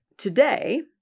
Today